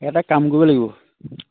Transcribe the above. এটা কাম কৰিব লাগিব